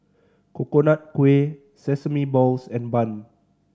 Coconut Kuih sesame balls and bun